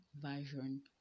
version